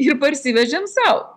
ir parsivežėm sau